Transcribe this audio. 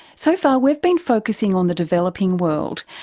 so far we've been focusing on the developing world,